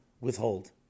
withhold